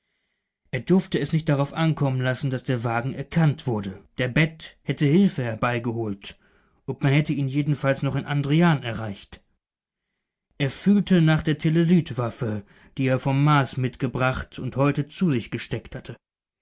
er durfte es nicht darauf ankommen lassen daß der wagen erkannt wurde der bed hätte hilfe herbeigeholt und man hätte ihn jedenfalls noch in andrian erreicht er fühlte nach der telelytwaffe die er vom mars mitgebracht und heute zu sich gesteckt hatte